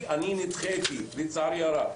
נדחיתי לצערי הרב.